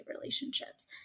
relationships